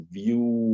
view